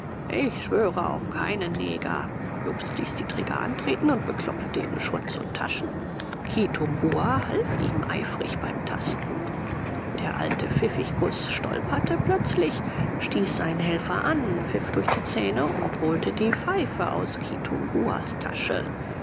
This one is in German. ich schwöre auf keinen neger jobst ließ die träger antreten und beklopfte ihre schurze und taschen kitumbua half ihm eifrig beim tasten der alte pfiffikus stolperte plötzlich stieß seinen helfer an pfiff durch die zähne und holte die pfeife aus kitumbuas tasche